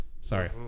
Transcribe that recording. Sorry